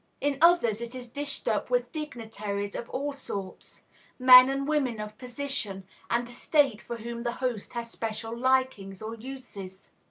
in others, it is dished up with dignitaries of all sorts men and women of position and estate for whom the host has special likings or uses.